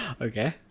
Okay